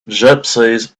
gypsies